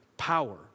power